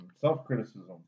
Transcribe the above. Self-criticism